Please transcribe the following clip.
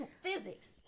physics